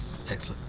Excellent